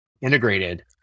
integrated